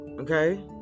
Okay